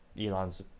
Elon's